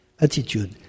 attitude